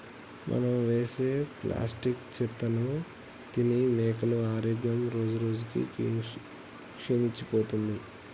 మనం వేసే ప్లాస్టిక్ చెత్తను తిని మేకల ఆరోగ్యం రోజురోజుకి క్షీణించిపోతుంది